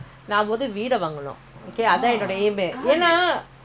நான்காடிபத்திபேசுறேன்நீவீட்டபத்திபேசுரியாடா:naan gaadi pathi pesren nee veetta pathi pesuriyaada